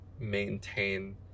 maintain